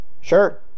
sure